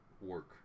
work